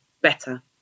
better